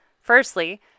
Firstly